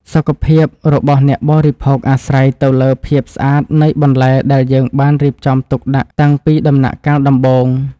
សុខភាពរបស់អ្នកបរិភោគអាស្រ័យទៅលើភាពស្អាតនៃបន្លែដែលយើងបានរៀបចំទុកដាក់តាំងពីដំណាក់កាលដំបូង។